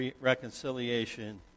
reconciliation